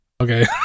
Okay